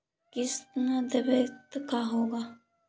किस्त न देबे पर का होगा?